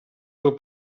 del